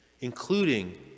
including